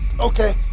okay